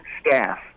staff